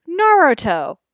Naruto